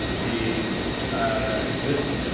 the in this,